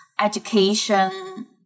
education